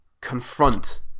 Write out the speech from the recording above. confront